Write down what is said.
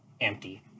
empty